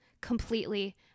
completely